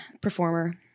performer